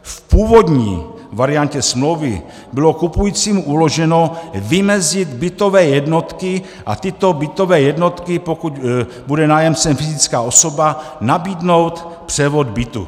V původní variantě smlouvy bylo kupujícímu uloženo vymezit bytové jednotky a tyto bytové jednotky, pokud bude nájemcem fyzická osoba, nabídnout převod bytu.